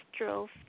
drove